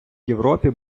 європі